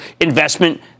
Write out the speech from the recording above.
investment